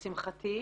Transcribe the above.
לשמחתי,